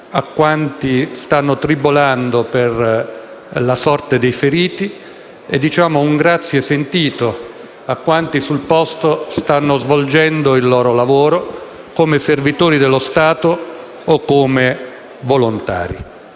a quanti stanno tribolando per la sorte dei feriti. Diciamo un grazie sentito a quanti sul posto stanno svolgendo il loro lavoro, come servitori dello Stato o come volontari.